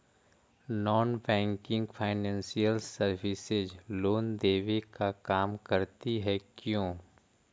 Non banking financial services loan देने का काम करती है क्यू?